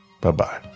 Bye-bye